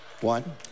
One